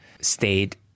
stayed